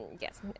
Yes